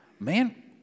Man